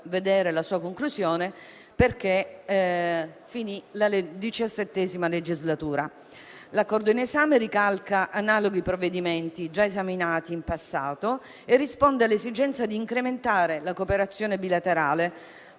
la sua conclusione perché finì la XVII legislatura. L'accordo in esame ricalca analoghi provvedimenti già esaminati in passato e risponde all'esigenza di incrementare la cooperazione bilaterale